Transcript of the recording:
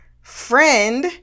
friend